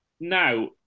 Now